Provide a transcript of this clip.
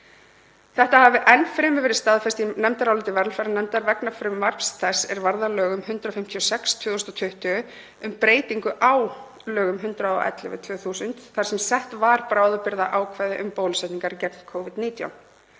Þetta hafi enn fremur verið staðfest í nefndaráliti velferðarnefndar vegna frumvarps þess er varð að lögum nr. 156/2020, um breytingu á lögum nr. 111/2000, þar sem sett var bráðabirgðaákvæði um bólusetningar gegn Covid-19.